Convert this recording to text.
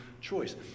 choice